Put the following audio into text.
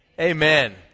Amen